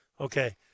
Okay